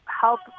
help